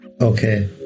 Okay